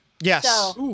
Yes